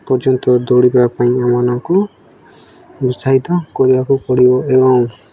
ପର୍ଯ୍ୟନ୍ତ ଦୌଡ଼ିବା ପାଇଁ ଆମମାନଙ୍କୁ ଉତ୍ସାହିତ କରିବାକୁ ପଡ଼ିବ ଏବଂ